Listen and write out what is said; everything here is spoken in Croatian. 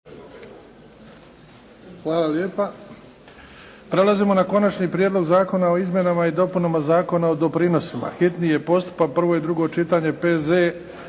da prijeđemo na Konačni prijedlog zakona o Izmjenama i dopunama Zakona o doprinosima. Hitni je postupak, prvo i drugo čitanje, P.Z.